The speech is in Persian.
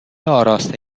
آراسته